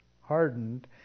hardened